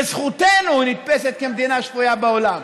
בזכותנו היא נתפסת כמדינה שפויה בעולם,